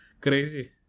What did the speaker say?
crazy